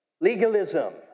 legalism